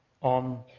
on